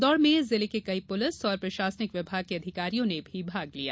दौड़ में जिले के कई पुलिस और प्रशासनिक विभाग के अधिकारियो ने भी भाग लिया